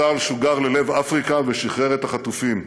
צה"ל שוגר ללב אפריקה ושחרר את החטופים.